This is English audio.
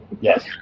Yes